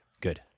Good